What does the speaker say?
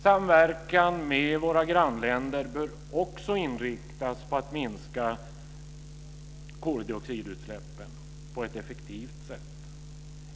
Samverkan med våra grannländer bör också inriktas på att minska koldioxidutsläppen på ett effektivt sätt.